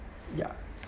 ya